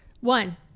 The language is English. One